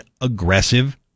aggressive